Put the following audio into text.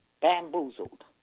bamboozled